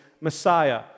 Messiah